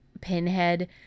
pinhead